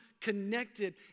connected